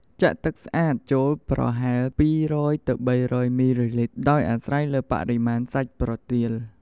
ចាក់ទឹកស្អាតចូលប្រហែល ២០០-៣០០ មីលីលីត្រ ដោយអាស្រ័យលើបរិមាណសាច់ប្រទាល។